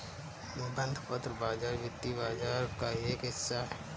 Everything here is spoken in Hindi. बंधपत्र बाज़ार वित्तीय बाज़ार का एक हिस्सा है